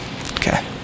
Okay